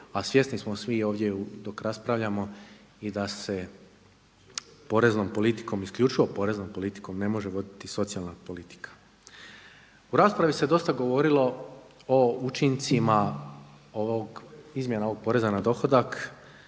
A svjesni smo svi ovdje dok raspravljamo i da se poreznom politikom, isključivo poreznom politikom ne može voditi socijalna politika. U raspravi se dosta govorilo o učincima ovog, izmjena ovog poreza na dohodak,